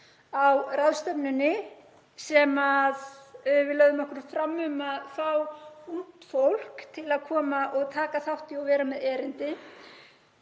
Á ráðstefnunni, þar sem við lögðum okkur fram um að fá ungt fólk til að koma og taka þátt og vera með erindi,